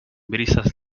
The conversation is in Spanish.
brisas